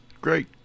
Great